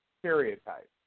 stereotypes